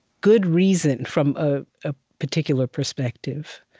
good reason, from a ah particular perspective.